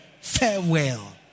farewell